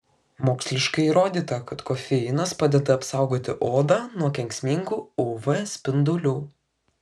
moksliškai įrodyta kad kofeinas padeda apsaugoti odą nuo kenksmingų uv spindulių